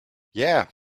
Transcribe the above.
yeah